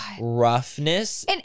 roughness